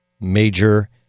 major